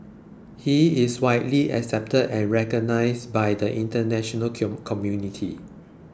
he is widely accepted and recognised by the international community